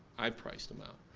i've priced them out.